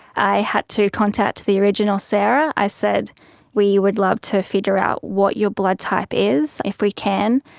i had to contact the original sarah. i said we would love to figure out what your blood type is if we can.